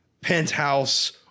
Penthouse